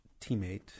teammate